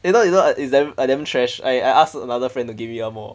you know you know it's damn I damn trash I I ask another friend to give me one more